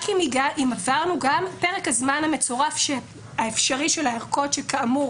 רק אם עברנו גם את פרק הזמן המצורף האפשרי של הארכות שכאמור,